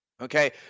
okay